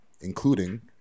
including